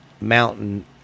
mountain